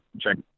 check